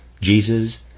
Jesus